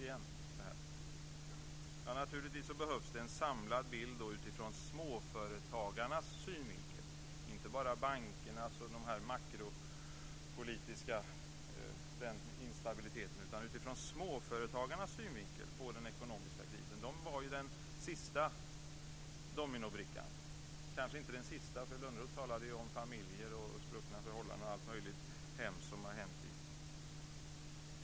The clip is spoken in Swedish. Det behövs naturligtvis en samlad bild utifrån småföretagarnas synvinkel, inte bara bankernas och den makroekonomiska instabiliteten, dvs. småföretagarnas syn på den ekonomiska krisen. De var ju den sista dominobrickan - kanske inte den sista, för Lönnroth talade om familjer, spruckna förhållanden och allt möjligt hemskt som har hänt.